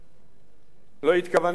לא התכוונתי גם את זאת לומר,